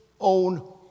own